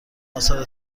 آثار